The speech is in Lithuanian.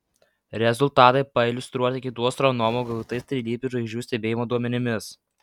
rezultatai pailiustruoti kitų astronomų gautais trilypių žvaigždžių stebėjimo duomenimis